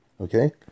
Okay